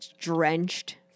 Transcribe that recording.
drenched